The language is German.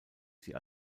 sie